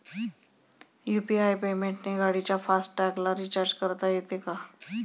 UPI पेमेंटने गाडीच्या fast टॅगला रिर्चाज करता येते का?